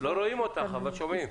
לא רואים אותך, אבל שומעים.